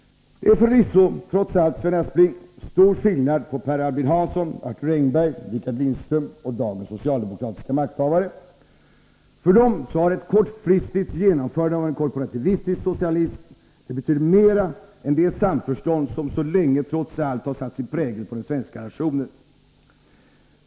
Det är förvisso trots allt, Sven Aspling, stor skillnad på Per Albin Hansson, Arthur Engberg, Rickard Lindström och dagens socialdemokratiska makthavare, för vilka ett kortfristigt genomförande av en korporativistisk socialism betyder mer än det samförstånd som så länge trots allt har satt sin prägel på den svenska nationen.